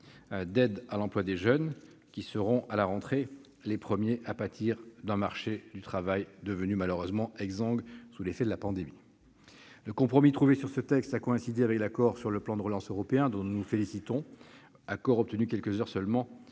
d'aide à l'embauche des jeunes, qui seront à la rentrée les premiers à pâtir d'un marché du travail devenu malheureusement exsangue sous l'effet de la pandémie. Le compromis trouvé sur ce texte a coïncidé avec l'accord sur le plan de relance européen, dont nous nous félicitons, accord obtenu quelques heures seulement